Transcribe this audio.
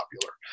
popular